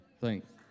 thanks